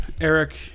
Eric